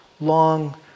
long